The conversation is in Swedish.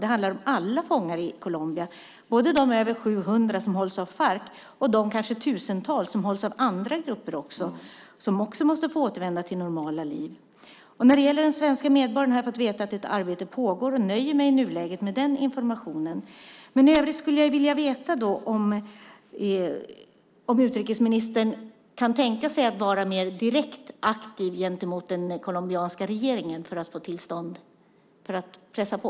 Det handlar om alla fångar i Colombia, både de över 700 som hålls av Farc och de kanske tusentals som hålls av andra grupper, som också måste få återvända till normala liv. När det gäller den svenske medborgaren har jag fått veta att ett arbete pågår, och jag nöjer mig i nuläget med den informationen. Men i övrigt skulle jag vilja veta om utrikesministern kan tänka sig att vara mer direkt aktiv gentemot den colombianska regeringen för att pressa på.